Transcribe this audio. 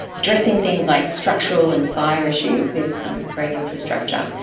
addressing things like structural and fire issues with green infrastructure.